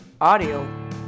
audio